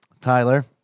Tyler